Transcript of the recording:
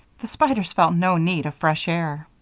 the spiders felt no need of fresh air.